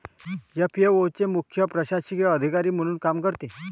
FAO चे मुख्य प्रशासकीय अधिकारी म्हणून काम करते